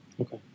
Okay